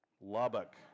Lubbock